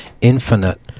infinite